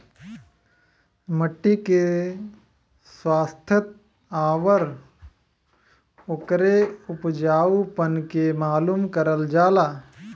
मट्टी के स्वास्थ्य आउर ओकरे उपजाऊपन के मालूम करल जाला